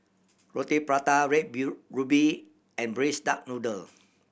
Roti Prata red ruby and Braised Duck Noodle